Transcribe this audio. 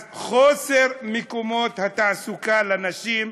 אז חוסר מקומות תעסוקה לנשים,